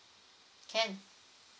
can